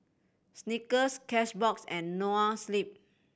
Snickers Cashbox and Noa Sleep